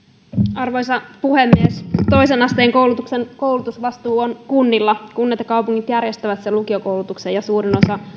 arvoisa puhemies toisen asteen koulutuksen koulutusvastuu on kunnilla kunnat ja kaupungit järjestävät lukiokoulutuksen ja suurin osa